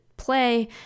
play